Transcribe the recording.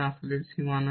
আসলে সীমা নেই